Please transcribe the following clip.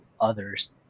others